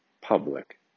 public